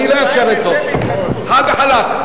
אני לא אאפשר זאת, חד וחלק.